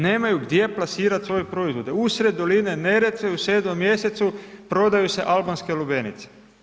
Nemaju gdje plasirati svoje proizvode, usred doline Neretve, u 7. mjesecu, prodaju se albanske lubenice.